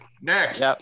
Next